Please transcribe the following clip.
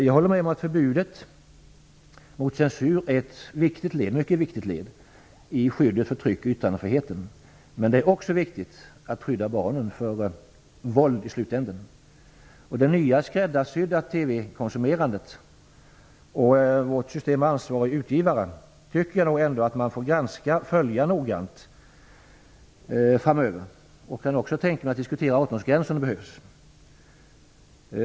Jag håller med om att förbudet mot censur är ett mycket viktigt led i skyddet för tryck och yttrandefriheten. Men det är också viktigt att skydda barnen mot våld. Jag tycker nog att man får granska och noggrant följa det nya skräddarsydda TV-konsumerandet och vårt system med ansvarig utgivare framöver. Jag kan också tänka mig att diskutera en 18-årsgräns om det behövs.